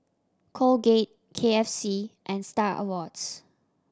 Colgate K F C and Star Awards